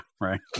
right